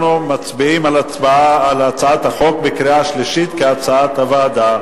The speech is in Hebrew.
אנחנו מצביעים על הצעת החוק בקריאה שלישית כהצעת הוועדה,